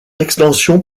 extension